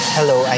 Hello